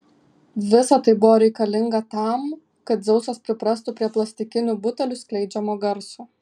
visa tai buvo reikalinga tam kad dzeusas priprastų prie plastikinių butelių skleidžiamo garso